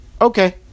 okay